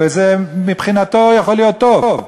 וזה מבחינתו יכול להיות טוב,